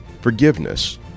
forgiveness